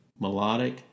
Melodic